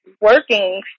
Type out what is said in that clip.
working